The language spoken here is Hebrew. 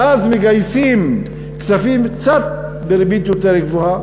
ואז מגייסים כספים בריבית קצת יותר גבוהה,